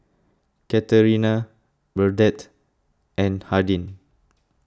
Katarina Burdette and Hardin